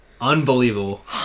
Unbelievable